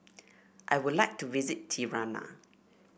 I would like to visit Tirana